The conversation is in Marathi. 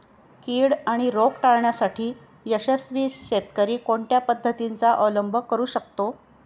कीड आणि रोग टाळण्यासाठी यशस्वी शेतकरी कोणत्या पद्धतींचा अवलंब करू शकतो?